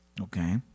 Okay